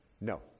No